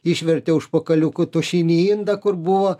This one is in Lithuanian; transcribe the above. išvertė užpakaliuku tušinį indą kur buvo